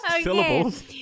syllables